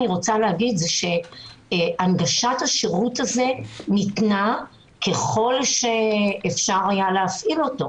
הנגשת השירות ניתנה ככל שאפשר היה להפעיל אותה,